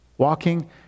Walking